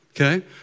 okay